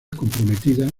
comprometida